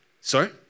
sorry